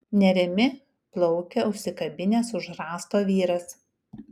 nerimi plaukia užsikabinęs už rąsto vyras